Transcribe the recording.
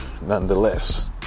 nonetheless